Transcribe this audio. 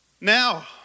Now